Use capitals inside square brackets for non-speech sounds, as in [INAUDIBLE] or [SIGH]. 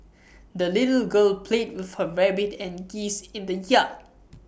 [NOISE] the little girl played with her rabbit and geese in the yard [NOISE]